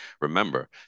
Remember